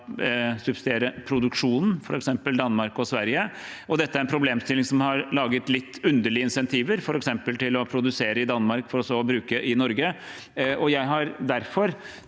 subsidiere produksjonen, f.eks. i Danmark og Sverige. Dette er en problemstilling som har laget litt underlige insentiver, f.eks. til å produsere i Danmark for så å bruke i Norge. Jeg tok derfor